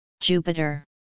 Jupiter